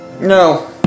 No